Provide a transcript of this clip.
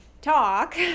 talk